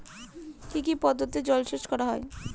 কি কি পদ্ধতিতে জলসেচ করা হয়?